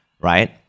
right